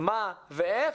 מה ואיך,